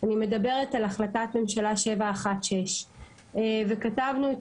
אני מדברת על החלטת הממשלה 716. כתבנו את